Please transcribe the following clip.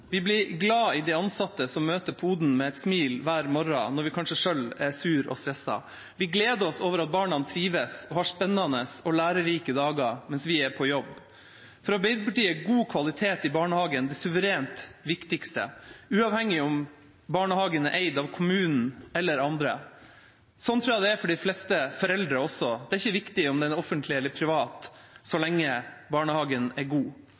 Vi blir glad i de ansatte som møter poden med et smil hver morgen, når vi selv kanskje er sure og stressede. Vi gleder oss over at barna trives og har spennende og lærerike dager mens vi er på jobb. For Arbeiderpartiet er god kvalitet i barnehagen det suverent viktigste, uavhengig av om barnehagen er eid av kommunen eller andre. Sånn tror jeg det er for de fleste foreldre også. Det er ikke viktig om barnehagen er offentlig eller privat så lenge den er god.